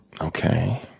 Okay